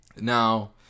now